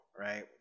right